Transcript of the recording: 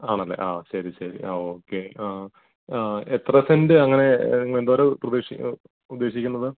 ആണ് അല്ലേ ആ ശരി ശരി ആ ഓക്കെ ആ എത്ര സെൻ്റ് അങ്ങനെ എന്തോരം പ്രതീക്ഷിക്കുന്നത് ഉദ്ദേശിക്കുന്നത്